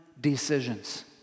decisions